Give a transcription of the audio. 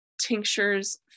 tinctures